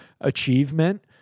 achievement